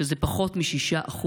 שזה פחות מ-6%.